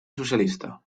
socialista